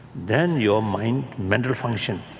then your mind, mental function,